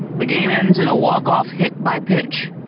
the game ends in a walk off, hit by pitch,